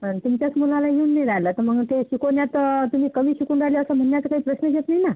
आणि तुमच्याच मुलाला येऊन नाही राहिलं तर मग ते शिकवण्यात तुम्ही कमी शिकून राहिले असा म्हणण्याचा काही प्रश्न येत नाही ना